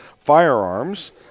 Firearms